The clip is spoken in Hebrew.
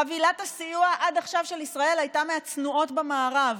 חבילת הסיוע של ישראל עד עכשיו הייתה מהצנועות במערב.